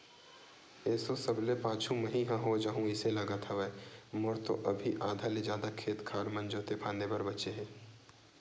एसो सबले पाछू मही ह हो जाहूँ अइसे लगत हवय, मोर तो अभी आधा ले जादा खेत खार मन जोंते फांदे बर बचें हे